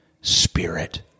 spirit